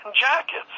jackets